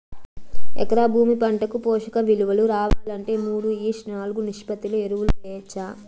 ఎకరా భూమి పంటకు పోషక విలువలు రావాలంటే మూడు ఈష్ట్ నాలుగు నిష్పత్తిలో ఎరువులు వేయచ్చా?